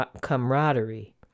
camaraderie